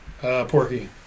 Porky